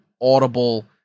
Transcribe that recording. audible